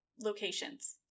locations